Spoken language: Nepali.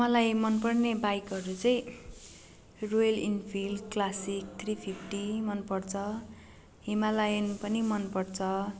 मलाई मनपर्ने बाइकहरू चाहिँ Royal Enfield classic three fifty मनपर्छ हिमालयन पनि मनपर्छ